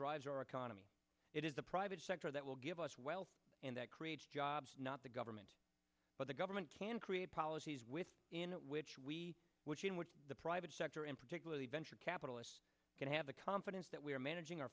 drives our economy it is the private sector that will give us wealth and that creates jobs not the government but the government can create policies with in which we would see in which the private sector and particularly venture capitalists can have the confidence that we are managing our